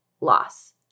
loss